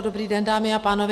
Dobrý den, dámy a pánové.